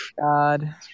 god